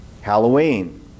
Halloween